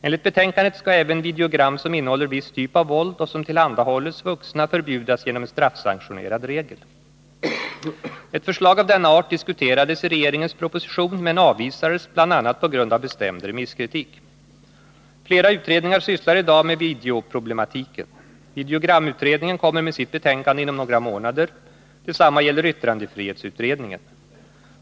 Enligt betänkandet skall även videogram som innehåller viss typ av våld och som tillhandahålles vuxna förbjudas genom en straffsanktionerad regel. Ett förslag av denna art diskuterades i regeringens proposition, men avvisades bl.a. på grund av bestämd remisskritik. Flera utredningar sysslar i dag med videoproblematiken. Videogramutredningen kommer med sitt betänkande inom några månader. Detsamma gäller yttrandefrihetsutredningen.